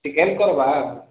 chicken କରିବା